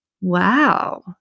Wow